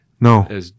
No